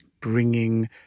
bringing